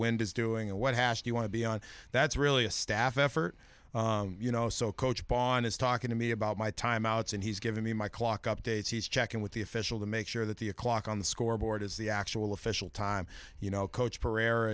wind is doing and what hast you want to be on that's really a staff effort you know so coach bawn is talking to me about my time outs and he's giving me my clock updates he's checking with the official to make sure that the a clock on the scoreboard is the actual official time you know coach